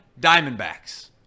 diamondbacks